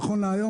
נכון להיום,